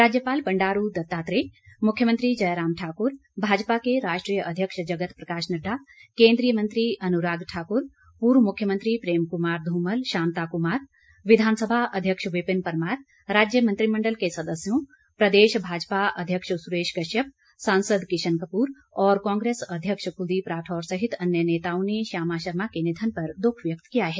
राज्यपाल बंडारू दत्तात्रेय मुख्यमंत्री जयराम ठाकुर भाजपा के राष्ट्रीय अध्यक्ष जगत प्रकाश नड्डा केंद्रीय मंत्री अनुराग ठाकुर पूर्व मुख्यमंत्री प्रेम कुमार धूमल शांता कुमार विधानसभा अध्यक्ष विपिन परमार राज्य मंत्रिमंडल के सदस्यों प्रदेश भाजपा अध्यक्ष सुरेश कश्यप सांसद किश्न कपूर और कांग्रेस अध्यक्ष कुलदीप राठौर सहित अन्य नेताओं ने श्यामा शर्मा के निधन पर दुख व्यक्त किया है